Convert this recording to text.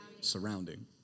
Surrounding